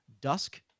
dusk